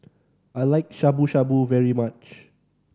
I like Shabu Shabu very much